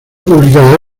publicada